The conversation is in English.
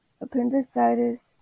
appendicitis